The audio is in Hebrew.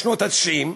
בשנות ה-90,